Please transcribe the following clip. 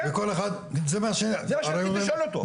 כן, זה מה שרציתי לשאול אותו.